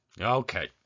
okay